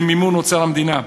במימון אוצר המדינה.